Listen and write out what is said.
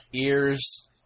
ears